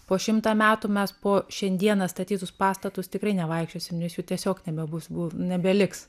po šimtą metų mes po šiandieną statytus pastatus tikrai nevaikščiosim nes jų tiesiog nebebus nebeliks